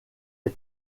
est